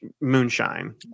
moonshine